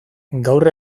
gaur